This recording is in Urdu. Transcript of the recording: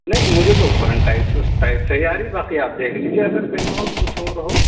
نہیں مجھے تو فرنٹ ٹائر ٹائر صحیح آ رہی ہے باقی آپ دیکھ لیجیے اگر کہیں اور کچھ اور ہو